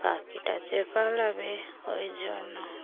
পাখিটা যে পালাবে ওই জন্য